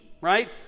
right